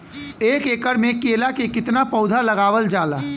एक एकड़ में केला के कितना पौधा लगावल जाला?